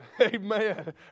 Amen